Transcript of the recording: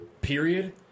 Period